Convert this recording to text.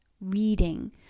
reading